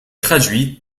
traduits